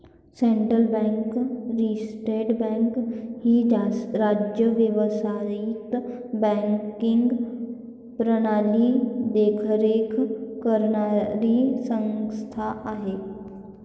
central bank reserve bank ही राज्य व्यावसायिक बँकिंग प्रणालीवर देखरेख करणारी संस्था आहे